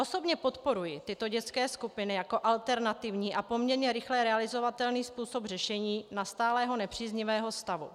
Osobně podporuji tyto dětské skupiny jako alternativní a poměrně rychle realizovatelný způsob řešení nastalého nepříznivého stavu.